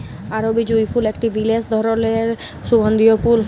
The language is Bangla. আরবি জুঁই ফুল একটি বিসেস ধরলের সুগন্ধিও ফুল